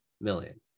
million